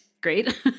Great